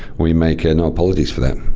we make ah no apologies for that.